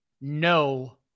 No